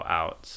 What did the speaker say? out